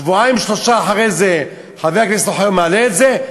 שבועיים-שלושה אחרי זה חבר הכנסת אוחיון מעלה את זה.